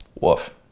Woof